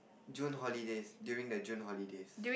June holidays during the June holidays